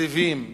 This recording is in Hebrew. תקציבים